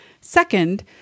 Second